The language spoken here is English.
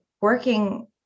working